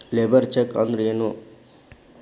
Labour check ಅಂದ್ರ ಏನು?